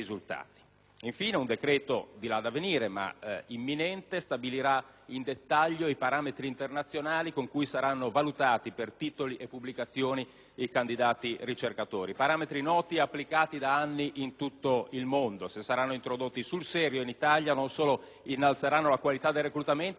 luogo, un decreto, al di là da venire ma imminente, stabilirà nel dettaglio i parametri internazionali con cui saranno valutati per titoli e pubblicazioni i candidati ricercatori. Tali parametri sono noti ed applicati da anni in tutto il mondo: se saranno introdotti sul serio in Italia, non solo innalzeranno la qualità del reclutamento, ma daranno speranze